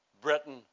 Britain